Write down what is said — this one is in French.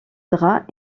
draps